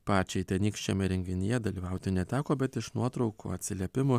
pačiai tenykščiame renginyje dalyvauti neteko bet iš nuotraukų atsiliepimų